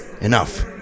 enough